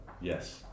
Yes